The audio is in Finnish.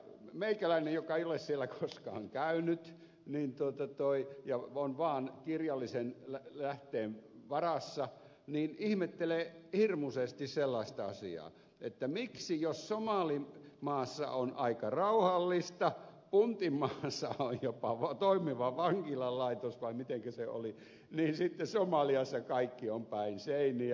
meikäläinen joka ei ole siellä koskaan käynyt ja on vaan kirjallisen lähteen varassa ihmettelee hirmuisesti sellaista asiaa että miksi jos somalimaassa on aika rauhallista ja puntmaassa on jopa toimiva vankilalaitos vai mitenkä se oli somaliassa kaikki on päin seiniä